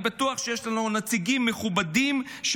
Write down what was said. אני בטוח שיש לנו נציגים מכובדים של